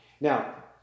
Now